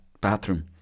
bathroom